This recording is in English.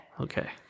Okay